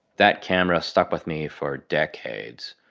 that camera stuck with me for decades.